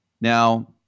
Now